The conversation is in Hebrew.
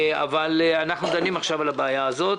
אבל אנחנו דנים עכשיו על הבעיה הזאת.